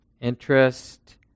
interest